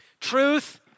truth